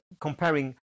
comparing